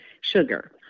sugar